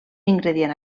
ingredient